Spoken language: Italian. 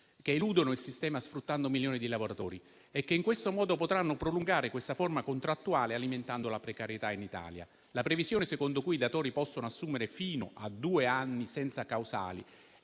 che eludono il sistema sfruttando milioni di lavoratori e che in tal modo potranno prolungare questa forma contrattuale alimentando la precarietà in Italia. La previsione secondo cui i datori possono assumere fino a due anni senza causali